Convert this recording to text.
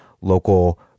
local